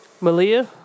Malia